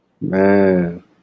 Man